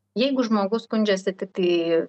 jeigu žmogus skundžiasi tiktai